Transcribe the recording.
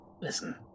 Listen